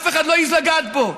אף אחד לא העז לגעת בו.